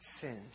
sins